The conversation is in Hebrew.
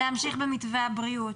-- להמשיך במתווה הבריאות.